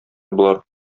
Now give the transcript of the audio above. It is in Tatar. болар